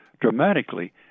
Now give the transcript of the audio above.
dramatically